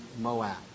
Moab